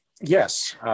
Yes